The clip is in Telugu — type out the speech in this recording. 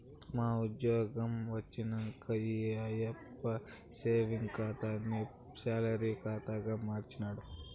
యా ఉజ్జ్యోగం వచ్చినంక ఈ ఆయప్ప సేవింగ్స్ ఖాతాని సాలరీ కాతాగా మార్చినాడు